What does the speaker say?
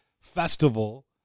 festival